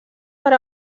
per